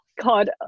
God